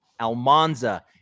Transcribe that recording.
Almanza